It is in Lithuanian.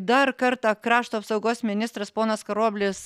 dar kartą krašto apsaugos ministras ponas karoblis